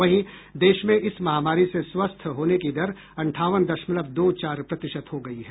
वहीं देश में इस महामारी से स्वस्थ होने की दर अंठावन दशमलव दो चार प्रतिशत हो गई है